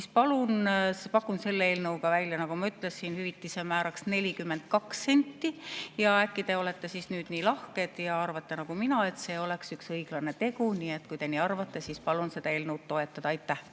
Nüüd pakun selle eelnõuga välja, nagu ma ütlesin, hüvitise määraks 42 senti. Äkki te olete nüüd nii lahked ja arvate nagu mina, et see oleks üks õiglane tegu. Nii et kui te nii arvate, siis palun seda eelnõu toetada. Aitäh!